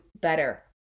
better